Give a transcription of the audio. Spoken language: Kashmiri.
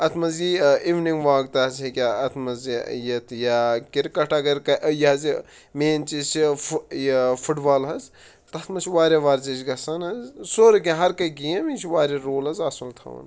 اَتھ منٛز یی اِونِنٛگ واک تہٕ حظ ہٮ۪کہِ ہا اَتھ منٛز یہِ یِتھ یا کِرکَٹ اَگر یہِ حظ یہِ مین چیٖز چھِ فُہ یہِ فُٹ بال حظ تَتھ منٛز چھُ واریاہ ورزِش گژھان حظ سورُے کیٚنٛہہ ہَرٕ کیٚنٛہہ گیم یہِ چھُ واریاہ روٗل حظ اَصُل تھاوان